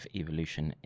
evolution